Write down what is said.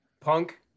Punk